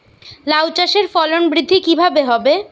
লাউ চাষের ফলন বৃদ্ধি কিভাবে হবে?